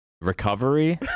recovery